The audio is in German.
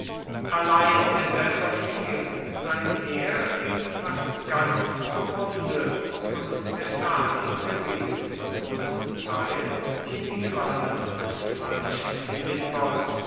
allein er selber fiel sein heer ging fast ganz zugrunde und thessalien geriet zum größten teil in die gewalt des falschen philippos